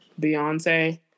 Beyonce